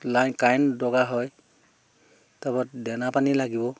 line current দৰকাৰ হয় তাৰপৰা দানা পানী লাগিব